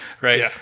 right